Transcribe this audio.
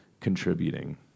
contributing